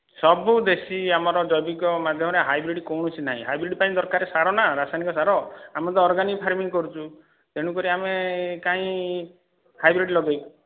ସବୁ ଦେଶୀ ଆମର ଜୈବିକ ମାଧ୍ୟମରେ ହାଇବ୍ରିଡ଼୍ କୋଣସି ନାହିଁ ହାଇବ୍ରିଡ଼୍ ପାଇଁ ଦରକାର ସାର ନା ରାସାୟନିକ ସାର ଆମର ତ ଅର୍ଗାନିକ୍ ଫାର୍ମିଙ୍ଗ୍ କରୁଛୁ ତେଣୁ କରି ଆମେ କାଇଁ ହାଇବ୍ରିଡ଼୍ ଲଗେଇବୁ